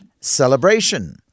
celebration